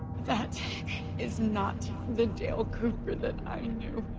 that is not the dale cooper that i knew.